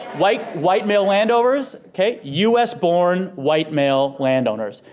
like white male landowners. okay, u s. born white male landowners.